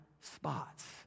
spots